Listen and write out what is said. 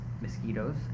mosquitoes